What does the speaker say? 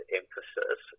emphasis